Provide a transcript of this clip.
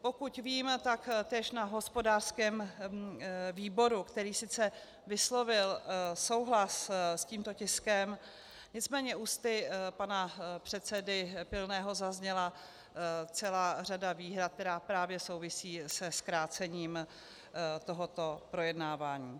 Pokud vím, též na hospodářském výboru, který sice vyslovil souhlas s tímto tiskem nicméně ústy pana předsedy Pilného zazněla celá řada výhrad, která právě souvisí se zkrácením tohoto projednávání.